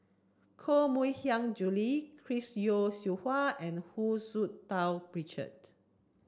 Koh Mui Hiang Julie Chris Yeo Siew Hua and Hu Tsu Tau Richard